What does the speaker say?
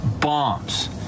bombs